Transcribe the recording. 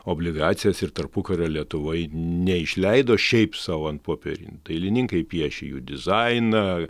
obligacijas ir tarpukario lietuvoj neišleido šiaip sau ant popierin dailininkai piešė jų dizainą